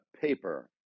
paper